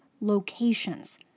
locations